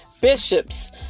bishops